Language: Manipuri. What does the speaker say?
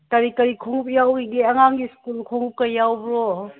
ꯀꯔꯤ ꯀꯔꯤ ꯈꯣꯡꯎꯞ ꯌꯥꯎꯔꯤꯒꯦ ꯑꯉꯥꯡꯒꯤ ꯁ꯭ꯀꯨꯜ ꯈꯣꯡꯎꯞꯀ ꯌꯥꯎꯕ꯭ꯔꯣ